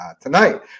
tonight